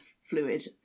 fluid